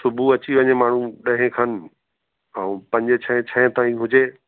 सुबुहु अची वञे माण्हू ॾहे खनि ऐं पंजे छहे छहे ताईं हुजे